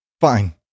fine